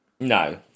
No